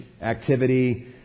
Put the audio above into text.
activity